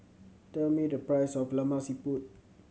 tell me the price of Lemak Siput